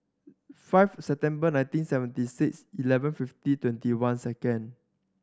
five September nineteen seventy six eleven fifty twenty one second